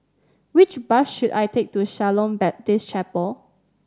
which bus should I take to Shalom Baptist Chapel